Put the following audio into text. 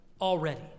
already